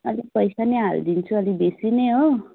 अलिक पैसा नै हालिदिन्छु अलिक बेसी नै हो